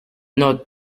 not